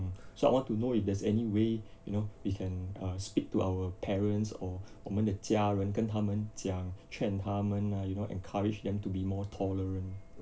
so I want to know if there's any way you know we can err speak to our parents or 我们的家人跟他们讲劝他们 ah you know encourage them to be more tolerant